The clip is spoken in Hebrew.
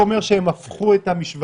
בעצם הוא אומר שהם הפכו את המשוואה,